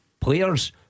Players